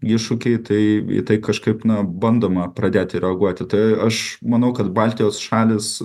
iššūkiai tai vytai kažkaip na bandoma pradėti reaguoti tai aš manau kad baltijos šalys